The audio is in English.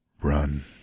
Run